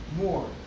more